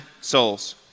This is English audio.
souls